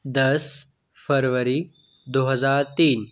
दस फरवरी दो हजार तीन